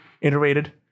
Iterated